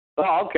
Okay